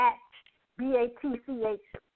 B-A-T-C-H